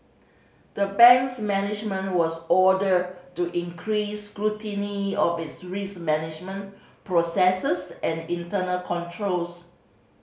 the bank's management was ordered to increase scrutiny of its risk management processes and internal controls